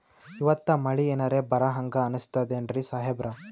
ಇವತ್ತ ಮಳಿ ಎನರೆ ಬರಹಂಗ ಅನಿಸ್ತದೆನ್ರಿ ಸಾಹೇಬರ?